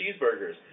cheeseburgers